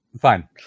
Fine